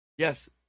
Yes